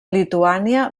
lituània